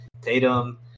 Tatum